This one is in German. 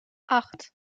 acht